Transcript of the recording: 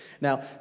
Now